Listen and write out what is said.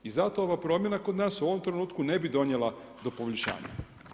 I zato ova promjena kod nas u ovom trenutku ne bi donijela do poboljšanja.